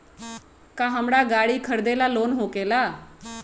का हमरा गारी खरीदेला लोन होकेला?